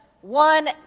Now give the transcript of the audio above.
one